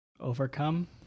overcome